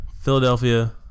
Philadelphia